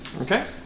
Okay